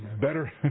Better